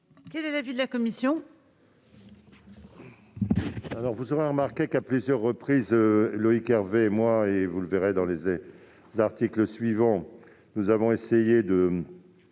Quel est l'avis de la commission ?